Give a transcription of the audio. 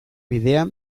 bidea